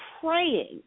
praying